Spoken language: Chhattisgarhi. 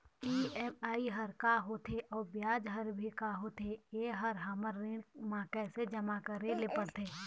ई.एम.आई हर का होथे अऊ ब्याज हर भी का होथे ये हर हमर ऋण मा कैसे जमा करे ले पड़ते?